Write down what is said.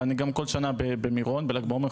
אבל אני גם כל שנה במירון בל"ג בעומר,